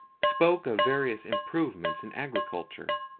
spoke of various improvements in agriculture,